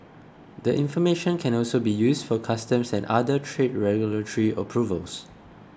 the information can also be used for customs and other trade regulatory approvals